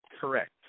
correct